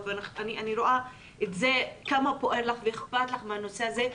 ואני רואה כמה בוער לך ואכפת לך מהנושא הזה,